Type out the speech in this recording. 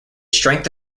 strength